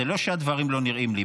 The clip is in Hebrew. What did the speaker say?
זה לא שהדברים לא נראים לי,